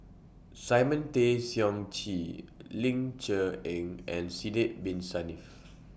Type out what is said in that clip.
Simon Tay Seong Chee Ling Cher Eng and Sidek Bin Saniff